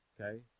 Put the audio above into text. okay